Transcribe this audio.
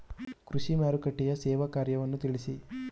ಕೃಷಿ ಮಾರುಕಟ್ಟೆಯ ಸೇವಾ ಕಾರ್ಯವನ್ನು ತಿಳಿಸಿ?